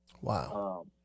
Wow